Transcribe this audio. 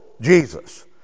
Jesus